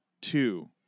Two